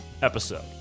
episode